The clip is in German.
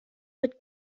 mit